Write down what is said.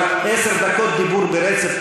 אבל עשר דקות דיבור ברצף,